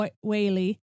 Whaley